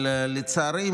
אבל לצערי,